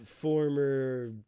former